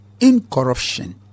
incorruption